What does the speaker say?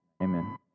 Amen